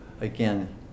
again